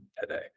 today